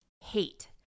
hate